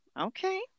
okay